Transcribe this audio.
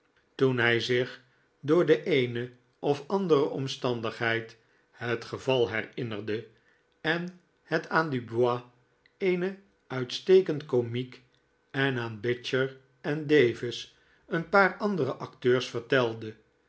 toen hij zich door de eene of andere omstandigheid het geval herinnerde en het aan dubois een uitstekend komiek en aan bicher en davis een paar andere acteurs vertelde